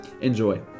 Enjoy